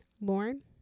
Lauren